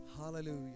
Hallelujah